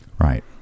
Right